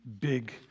big